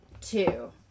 two